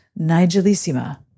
Nigelissima